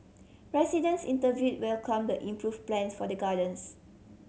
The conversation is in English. residents interviewed welcomed the improved plans for the gardens